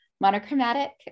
Monochromatic